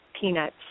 peanuts